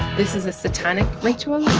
this is a satanic ritual?